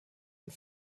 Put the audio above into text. und